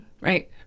Right